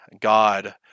God